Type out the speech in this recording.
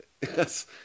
Yes